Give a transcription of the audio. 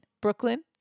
Brooklyn